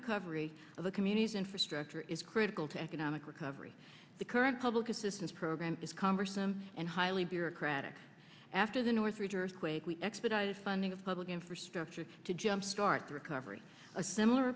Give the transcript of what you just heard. recovery of the communities infrastructure is critical to economic recovery the current public assistance program is converse them and highly bureaucratic after the northridge earthquake we expedited fun give public infrastructure to jumpstart the recovery a similar